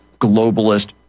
globalist